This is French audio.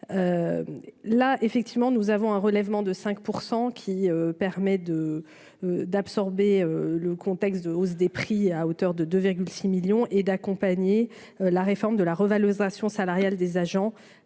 là effectivement nous avons un relèvement de 5 % qui permet de d'absorber le contexte de hausse des prix à hauteur de 2,6 millions et d'accompagner la réforme de la revalorisation salariale des agents